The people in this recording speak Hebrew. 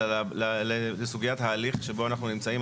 אלא לסוגיית ההליך שבו אנחנו נמצאים,